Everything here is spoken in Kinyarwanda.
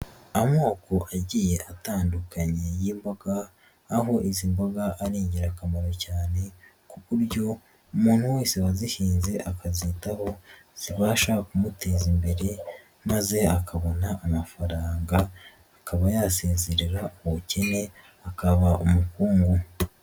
Amoko agiye atandukanye y'imboga aho izi mboga ari ingirakamaro cyane, ku buryo umuntu wese wazihinze akazitaho zibasha kumuteza imbere maze akabona amafaranga akaba yasezerera ubukene akaba umukungu.